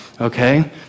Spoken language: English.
okay